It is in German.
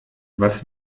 was